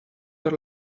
per